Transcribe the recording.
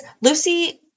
Lucy